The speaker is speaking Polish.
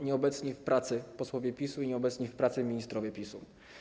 Nieobecni w pracy posłowie PiS i nieobecni w pracy ministrowie PiS!